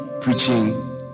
preaching